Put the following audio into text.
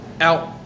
out